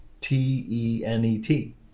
T-E-N-E-T